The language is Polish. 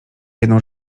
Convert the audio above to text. jedną